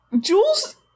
Jules